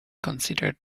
considered